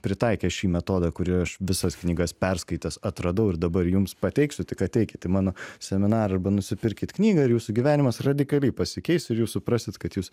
pritaikė šį metodą kurį aš visas knygas perskaitęs atradau ir dabar jums pateiksiu tik ateikit į mano seminarą arba nusipirkit knygą ir jūsų gyvenimas radikaliai pasikeis ir jūs suprasit kad jūs